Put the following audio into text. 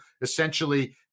essentially